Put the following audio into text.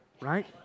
right